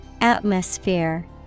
Atmosphere